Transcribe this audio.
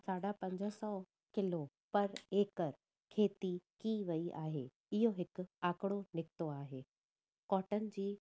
साढा पंज सौ किलो पर एकर खेती कई वई आहे इहो हिकु आकड़ो निकितो आहे कॉटन जी